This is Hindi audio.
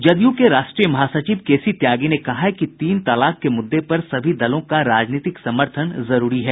जदयू के राष्ट्रीय महासचिव केसी त्यागी ने कहा है कि तीन तलाक के मुद्दे पर सभी दलों का राजनीतिक समर्थन जरूरी है